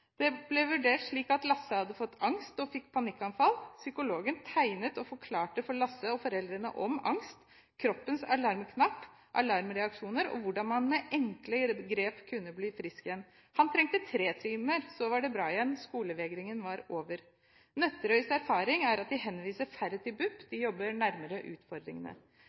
Det ble vurdert slik at Lasse hadde fått angst og fikk panikkanfall. Psykologen tegnet og forklarte for Lasse og foreldrene om angst, kroppens alarmknapp, alarmreaksjoner og hvordan man med enkle grep kunne bli frisk igjen. Han trengte tre timer, så var det bra igjen. Skolevegringen var over. Nøtterøys erfaring er at de henviser færre til Bufetat, de jobber nærmere utfordringene.